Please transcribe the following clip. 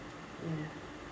ya